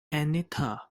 anita